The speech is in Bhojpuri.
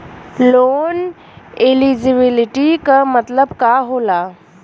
लोन एलिजिबिलिटी का मतलब का होला?